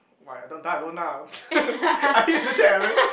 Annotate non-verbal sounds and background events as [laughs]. why I don't die alone lah [laughs] I used to say I very